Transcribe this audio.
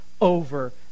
over